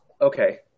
Okay